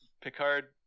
Picard